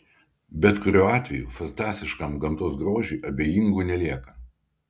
bet kuriuo atveju fantastiškam gamtos grožiui abejingų nelieka